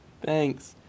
Thanks